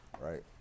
right